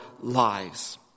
lives